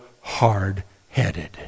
hard-headed